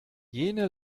jene